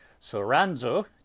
Soranzo